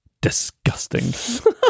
Disgusting